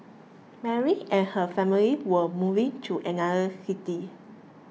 Mary and her family were moving to another city